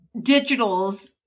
digital's